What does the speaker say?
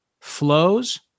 flows